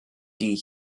die